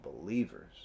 believers